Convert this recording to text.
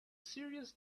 serious